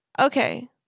Okay